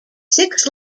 six